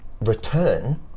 return